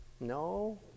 no